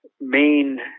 main